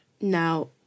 Now